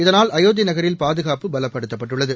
இதனால் அயோத்திநகரில் பாதுகாப்பு பலப்படுத்தப்பட்டுள்ளது